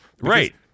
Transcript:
Right